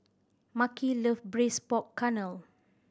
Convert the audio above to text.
Mahki love Braised Pork Knuckle